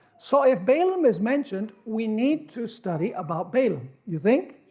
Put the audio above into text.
so if balaam is mentioned we need to study about baleam, you think?